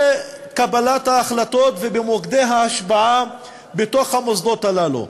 קבלת ההחלטות ובמוקדי ההשפעה בתוך המוסדות הללו.